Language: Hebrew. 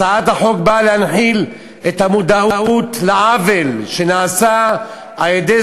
הצעת החוק באה להנחיל את המודעות לעוול שנעשה על-ידי